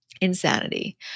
Insanity